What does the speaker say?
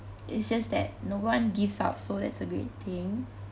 it's just that no one gives up so that's a great thing